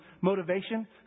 motivation